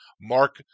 Mark